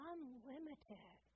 Unlimited